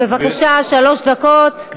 בבקשה, שלוש דקות.